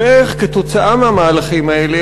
ואיך כתוצאה מהמהלכים האלה,